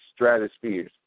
stratospheres